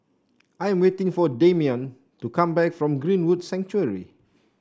I am waiting for Dameon to come back from Greenwood Sanctuary